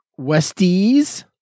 Westies